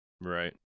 Right